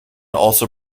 also